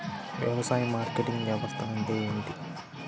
వ్యవసాయ మార్కెటింగ్ వ్యవస్థ అంటే ఏమిటి?